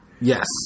Yes